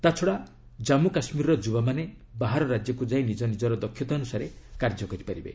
ତାଛଡ଼ା ଜାନ୍ମୁ କାଶ୍ମୀରର ଯୁବାମାନେ ବାହାର ରାଜ୍ୟକୁ ଯାଇ ନିଜ ନିଜର ଦକ୍ଷତା ଅନୁସାରେ କାର୍ଯ୍ୟ କରିପାରିବେ